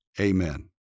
amen